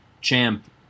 champ